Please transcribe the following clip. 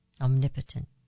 omnipotent